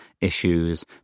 issues